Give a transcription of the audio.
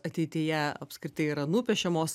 ateityje apskritai yra nupiešiamos